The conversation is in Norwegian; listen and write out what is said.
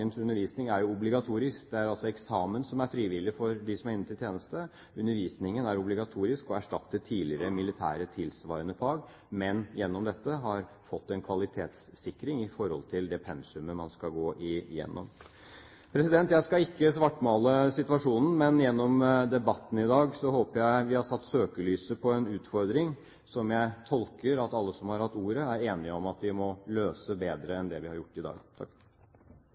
undervisning er obligatorisk. Det er altså eksamen som er frivillig for dem som er inne til tjeneste. Undervisningen er obligatorisk og erstatter tidligere militære tilsvarende fag, men gjennom dette har man fått en kvalitetssikring av det pensumet man skal gå gjennom. Jeg skal ikke svartmale situasjonen, men gjennom debatten i dag håper jeg at vi har satt søkelyset på en utfordring som jeg tolker slik at alle som har hatt ordet, er enige om at vi må løse bedre enn det vi har gjort fram til i dag. Takk